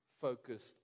focused